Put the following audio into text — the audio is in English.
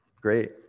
great